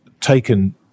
taken